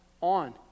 on